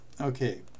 Okay